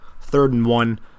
third-and-one